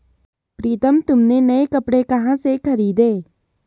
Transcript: प्रितम तुमने नए कपड़े कहां से खरीदें?